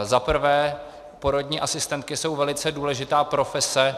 Za prvé, porodní asistentky jsou velice důležitá profese.